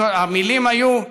המילים היו: